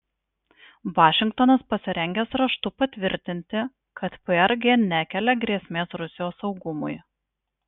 vašingtonas pasirengęs raštu patvirtinti kad prg nekelia grėsmės rusijos saugumui